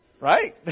Right